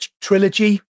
trilogy